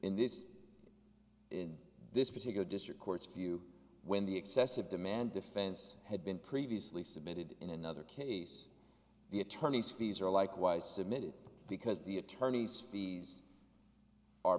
in this in this particular district court's view when the excessive demand defense had been previously submitted in another case the attorney's fees are likewise submitted because the attorney's fees are